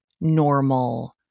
normal